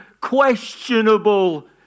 questionable